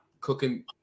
cooking